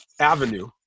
avenue